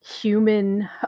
human